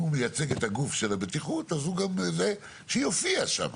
אם הוא מייצג את הגוף של הבטיחות אז שיופיע שם.